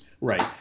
Right